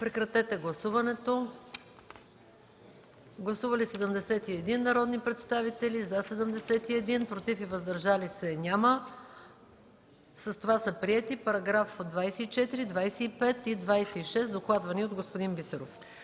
новата номерация. Гласували 71 народни представители: за 71, против и въздържали се няма. С това са приети параграфи 24, 25 и 26, докладвани от господин Бисеров.